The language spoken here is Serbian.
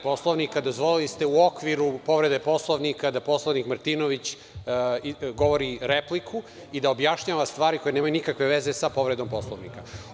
Poslovnika, dozvolili ste u okviru povrede Poslovnika da poslanik Martinović govori repliku i da objašnjava stvari koje nemaju nikakve veze sa povredom Poslovnika.